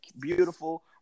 beautiful